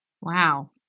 Wow